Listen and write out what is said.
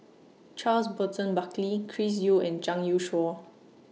Charles Burton Buckley Chris Yeo and Zhang Youshuo